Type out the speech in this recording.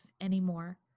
anymore